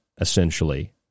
essentially